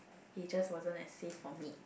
it just wasn't as safe for me